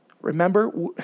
Remember